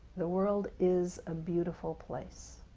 the world is a beautiful place.